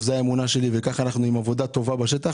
זאת האמונה שלי, וככה אנחנו עם עבודה טובה בשטח.